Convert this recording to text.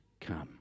come